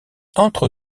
entre